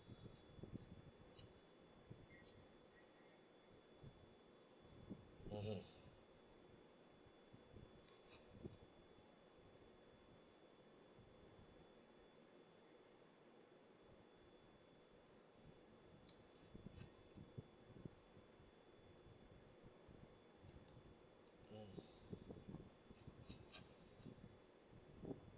mmhmm mm